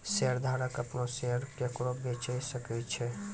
शेयरधारक अपनो शेयर केकरो बेचे सकै छै